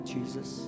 Jesus